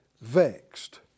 vexed